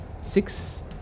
six